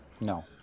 No